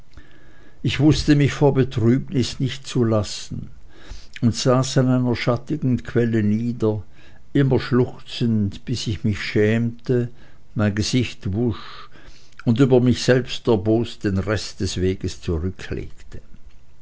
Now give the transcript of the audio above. ich wußte mich vor betrübnis nicht zu lassen und saß an einer schattigen quelle nieder immer schluchzend bis ich mich schämte mein gesicht wusch und über mich selbst erbost den rest des weges zurücklegte